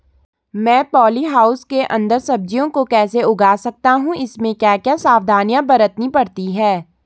मैं polyhouse के अन्दर सब्जियों को कैसे उगा सकता हूँ इसमें क्या क्या सावधानियाँ बरतनी पड़ती है?